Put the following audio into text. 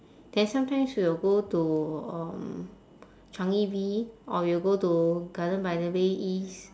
then sometimes we will go to um changi V or we'll go to garden by the bay east